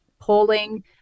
polling